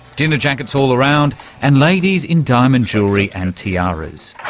dinner jackets all around and ladies in diamond jewellery and tiaras.